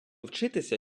вчитися